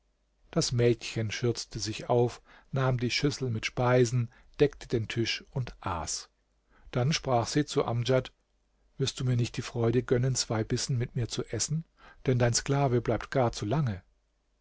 das mädchen schürzte sich auf nahm die schüssel mit speisen deckte den tisch und aß dann sprach sie zu amdjad wirst du mir nicht die freude gönnen zwei bissen mit mir zu essen denn dein sklave bleibt gar zu lange